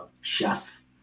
chef